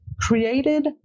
created